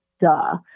duh